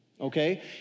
Okay